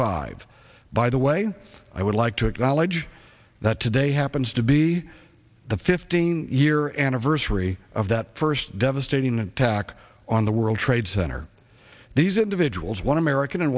five by the way i would like to acknowledge that today happens to be the fifteen year anniversary of that first devastating attack on the world trade center these individuals one american